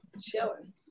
Chilling